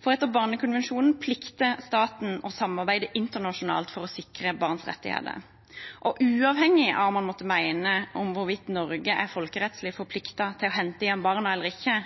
for etter barnekonvensjonen plikter staten å samarbeide internasjonalt for å sikre barns rettigheter. Uavhengig av hva man måtte mene om hvorvidt Norge er folkerettslig forpliktet til å hente hjem barna eller ikke,